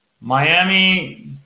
Miami